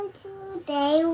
today